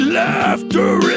laughter